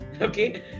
Okay